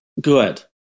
Good